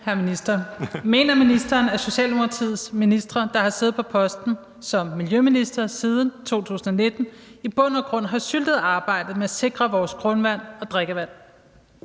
Mener ministeren, at Socialdemokratiets ministre, der har siddet på posten som miljøminister siden 2019, i bund og grund har syltet arbejdet med at sikre vores grundvand og drikkevand?